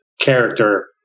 character